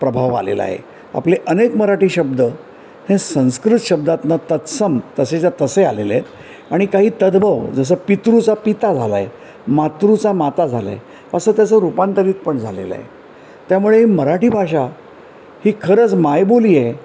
प्रभाव आलेला आहे आपले अनेक मराठी शब्द हे संस्कृत शब्दातनं तत्सम तसेच्या तसे आलेले आहेत आणि काही तदभव जसं पितृचा पिता झाला आहे मातृचा माता झाला आहे असं त्याचं रूपांतरित पण झालेलं आहे त्यामुळे मराठी भाषा ही खरंच मायबोली आहे